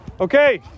okay